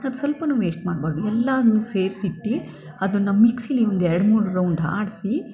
ಅದು ಸ್ವಲ್ಪವೂ ವೇಶ್ಟ್ ಮಾಡಬಾರ್ದು ಎಲ್ಲನೂ ಸೇರ್ಸಿಟ್ಟು ಅದನ್ನು ಮಿಕ್ಸಿಲಿ ಒಂದು ಎರಡು ಮೂರು ರೌಂಡ್ ಆಡ್ಸಿ